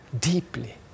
deeply